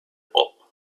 pulp